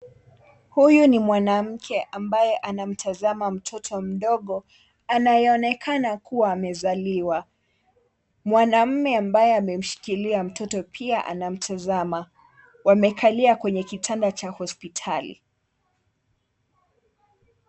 Huyu ni mwanamke ambaye anayemtazama mtoto mdogo anayeonekana kuwa amezaliwa. Mwanaume ambaye anamshikilia mtoto pia anamtazama. Wamekalia kwenye kitanda cha hospitali.